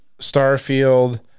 Starfield